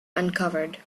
uncovered